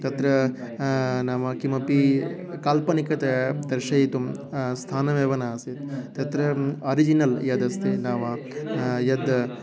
तत्र नाम किमपि काल्पनिकता दर्शयितुं स्थानमेव न आसीत् तत्र अरिजिनल् यद् अस्ति नाम यद्